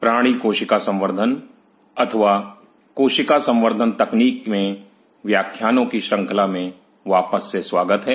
प्राणि कोशिका संवर्द्धन अथवा कोशिका संवर्द्धन तकनीक में व्याख्यानों की श्रंखला में वापस से स्वागत है